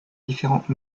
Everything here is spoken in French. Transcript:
différentes